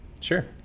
Sure